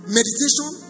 meditation